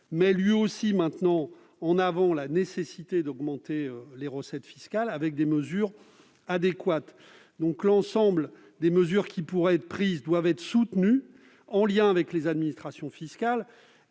met lui aussi désormais en avant la nécessité d'augmenter les recettes fiscales, par des mesures adéquates. L'ensemble des mesures qui pourraient être prises doivent donc être soutenues, en lien avec les administrations fiscales.